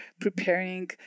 preparing